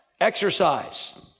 Exercise